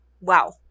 Wow